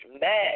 mad